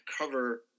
cover